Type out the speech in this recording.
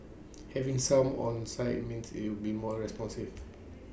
having someone on site means IT will be more responsive